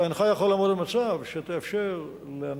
אתה אינך יכול לעמוד במצב שתאפשר לאנשים